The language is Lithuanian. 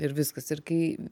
ir viskas ir kai